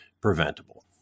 preventable